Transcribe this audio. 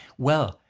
well,